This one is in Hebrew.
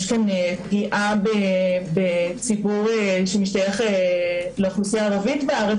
יש כאן פגיעה בציבור שמשתייך לאוכלוסייה הערבית בארץ